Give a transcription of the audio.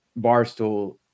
Barstool